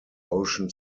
ocean